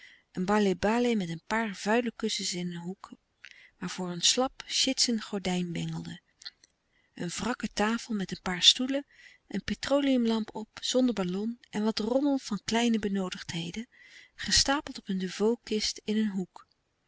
een baleh-baleh met een paar vuile kussens in een hoek waarvoor een slap chitsen gordijn bengelde een wrakke tafel met een paar stoelen een petroleumlamp op zonder ballon en wat rommel van kleine benoodigdheden gestapeld op een devoe kist in een hoek